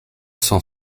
cent